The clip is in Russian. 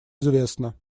известна